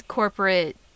corporate